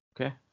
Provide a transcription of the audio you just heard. Okay